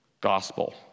gospel